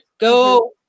Go